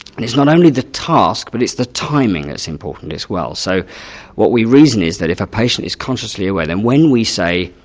and it's not only the task but it's the timing that's important as well. so what we reason is that if a patient is consciously aware, then when we say,